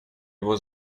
его